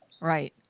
Right